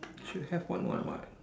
should have one what what